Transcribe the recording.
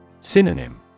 Synonym